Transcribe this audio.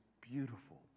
beautiful